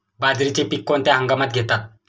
बाजरीचे पीक कोणत्या हंगामात घेतात?